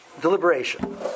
deliberation